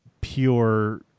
pure